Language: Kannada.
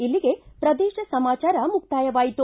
ಇಲ್ಲಿಗೆ ಪ್ರದೇಶ ಸಮಾಚಾರ ಮುಕ್ತಾಯವಾಯಿತು